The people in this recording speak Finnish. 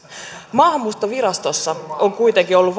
maahanmuuttovirastossa on kuitenkin ollut